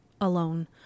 alone